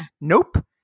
nope